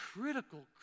critical